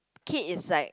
kid is like